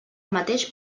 mateix